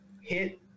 hit